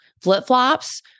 Flip-flops